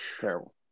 Terrible